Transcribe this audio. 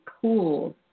pools